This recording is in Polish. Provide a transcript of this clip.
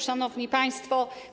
Szanowni Państwo!